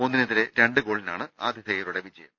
ഒന്നിനെതിരേ രണ്ട് ഗോളിനാണ് ആതിഥേയരുടെ വിജയം